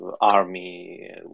army